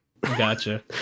Gotcha